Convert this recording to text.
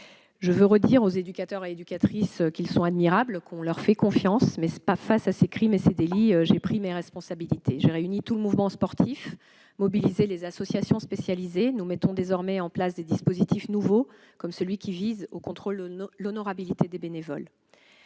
Je veux redire aux éducateurs et aux éducatrices qu'ils sont admirables, qu'on leur fait confiance. Néanmoins, face à ces crimes et à ces délits, j'ai pris mes responsabilités. J'ai réuni tout le mouvement sportif et mobilisé les associations spécialisées. Nous mettons désormais en place des dispositifs nouveaux, comme celui qui vise à contrôler l'honorabilité des bénévoles.